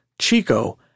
Chico